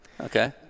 Okay